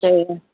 ସେୟା